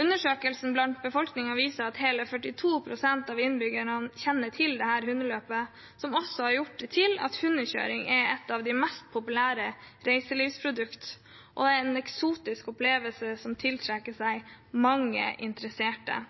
Undersøkelsen blant befolkningen viser at hele 42 pst. av innbyggerne kjenner til hundeløpet, som også har ført til at hundekjøring er et av de mest populære reiselivsproduktene og en eksotisk opplevelse som tiltrekker seg mange interesserte,